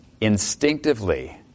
instinctively